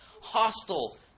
hostile